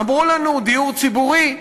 אמרו לנו דיור ציבורי.